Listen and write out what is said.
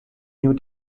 new